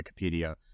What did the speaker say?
wikipedia